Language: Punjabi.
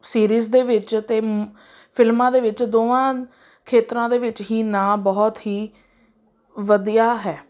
ਸੀਰੀਜ਼ ਦੇ ਵਿੱਚ ਅਤੇ ਫਿਲਮਾਂ ਦੇ ਵਿੱਚ ਦੋਵਾਂ ਖੇਤਰਾਂ ਦੇ ਵਿੱਚ ਹੀ ਨਾਂ ਬਹੁਤ ਹੀ ਵਧੀਆ ਹੈ